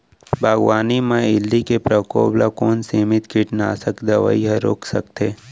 बागवानी म इल्ली के प्रकोप ल कोन सीमित कीटनाशक दवई ह रोक सकथे?